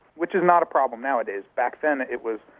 which is not a problem nowadays. back then it was